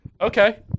Okay